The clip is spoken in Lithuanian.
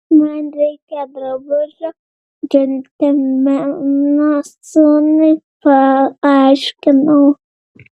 man reikia drabužių džentelmeno sūnui paaiškinau